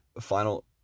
final